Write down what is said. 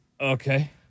Okay